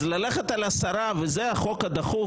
אז ללכת על עשרה בחוק דחוף?